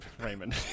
Raymond